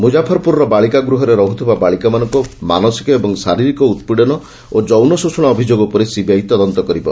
ମୁଜାଫର୍ପୁରର ବାଳିକାଗୃହରେ ରହୁଥିବା ବାଳିକାମାନଙ୍କୁ ମାନସିକ ଓ ଶାରୀରିକ ଉତ୍ପୀଡ଼ନ ଓ ଯୌନ ଶୋଷଣ ଅଭିଯୋଗ ଉପରେ ସିବିଆଇ ତଦନ୍ତ କରିବ